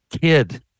kid